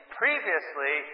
previously